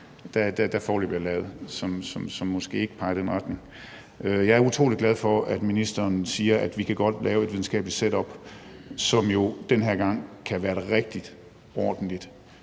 der foreløbig er lavet, og som måske ikke peger i den retning. Jeg er utrolig glad for, at ministeren siger, at vi godt kan lave et videnskabeligt setup, som jo den her gang kan være et rigtigt og ordentligt